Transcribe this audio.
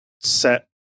set